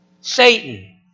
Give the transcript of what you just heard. Satan